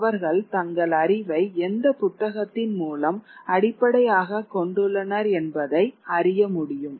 அவர்கள் தங்கள் அறிவை எந்த புத்தகத்தின் மூலம் அடிப்படையாகக் கொண்டுள்ளனர் என்பதை அறிய முடியும்